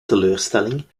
teleurstelling